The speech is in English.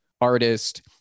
artist